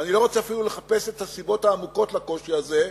אני לא רוצה אפילו לחפש את הסיבות העמוקות לקושי הזה,